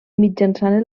mitjançant